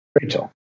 Rachel